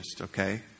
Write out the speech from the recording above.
okay